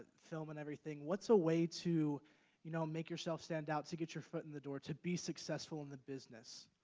film, and everything. what's a way to you know make yourself stand out, to get your foot in the door, to be successful in the business?